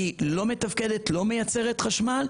לא מתפקדת לא מייצרת חשמל.